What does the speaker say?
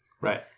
Right